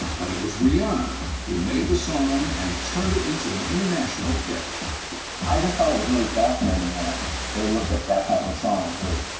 but it was rihanna who made the song and turned it into an international hit. i just thought it was really fascinating that they looked at that type of song, which,